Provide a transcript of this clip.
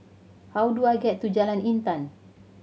how do I get to Jalan Intan